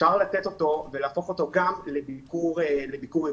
אפשר לתת אותו ולהפוך אותו גם לביקור היברידי.